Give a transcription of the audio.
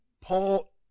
Paul